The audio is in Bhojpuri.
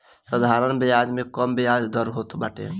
साधारण बियाज में कम बियाज दर होत बाटे